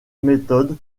méthode